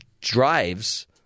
drives